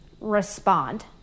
respond